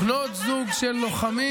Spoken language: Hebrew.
בנות זוג של לוחמים.